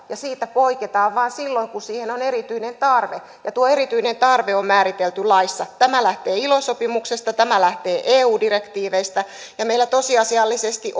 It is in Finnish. ja siitä poiketaan vain silloin kun siihen on erityinen tarve ja tuo erityinen tarve on määritelty laissa tämä lähtee ilo sopimuksesta tämä lähtee eu direktiiveistä ja meillä tosiasiallisesti